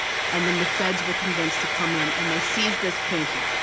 and then the feds were convinced to come in, and they seized this painting.